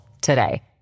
today